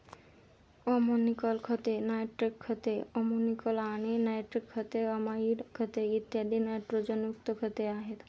ammoniacal खते, nitrate खते, ammoniacal आणि नायट्रेट खते, अमाइड खते, इत्यादी नायट्रोजनयुक्त खते आहेत